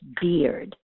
beard